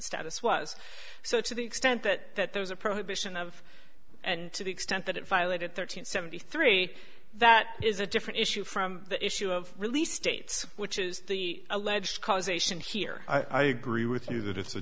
status was so to the extent that there was a prohibition of and to the extent that it violated thirteen seventy three that is a different issue from the issue of release states which is the alleged causation here i agree with you that it's a